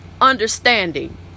understanding